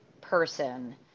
person